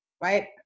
right